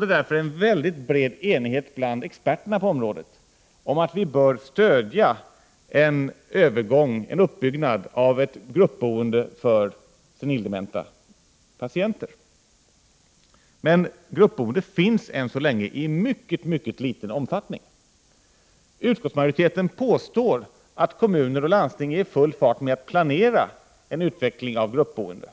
Därför råder det stor enighet bland experterna på området om att vi bör stödja en uppbyggnad av ett gruppboende för senildementa patienter. Men gruppboende finns än så länge i mycket liten omfattning. Utskottsmajoriteten påstår att kommuner och landsting är i full fart med att planera en utveckling av gruppboende.